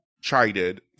chided